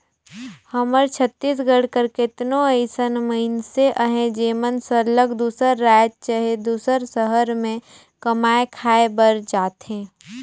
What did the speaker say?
हमर छत्तीसगढ़ कर केतनो अइसन मइनसे अहें जेमन सरलग दूसर राएज चहे दूसर सहर में कमाए खाए बर जाथें